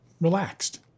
relaxed